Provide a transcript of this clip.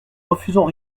refusons